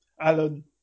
Alan